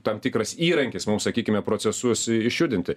tam tikras įrankis mums sakykime procesus i išjudinti